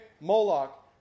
Moloch